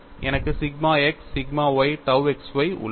எனக்கு sigma x sigma y tau x y உள்ளது